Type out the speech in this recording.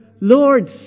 Lord